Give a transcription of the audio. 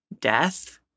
death